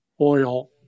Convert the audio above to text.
oil